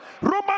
Roman